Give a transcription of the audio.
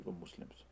Muslims